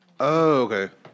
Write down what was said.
okay